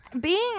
Being-